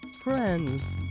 friends